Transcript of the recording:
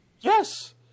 Yes